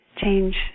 change